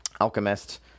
Alchemist